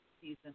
season